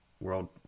world